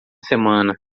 semana